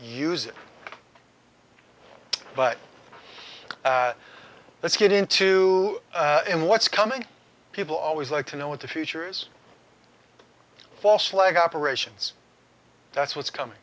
use it but let's get into him what's coming people always like to know what the future's false flag operations that's what's coming